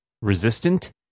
resistant